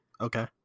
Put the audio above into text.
Okay